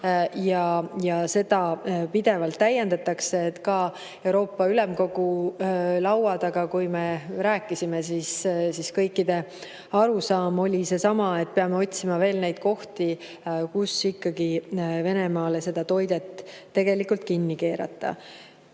ja seda pidevalt täiendatakse. Ka Euroopa Ülemkogu laua taga, kui me rääkisime, siis kõikide arusaam oli seesama, et peame otsima veel neid kohti, kus ikkagi Venemaale seda toidet kinni keerata.